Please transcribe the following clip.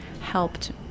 helped